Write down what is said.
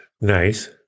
Nice